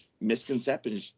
misconception